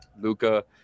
Luca